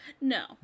No